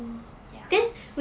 ya